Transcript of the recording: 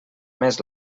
més